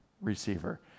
receiver